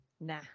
Nah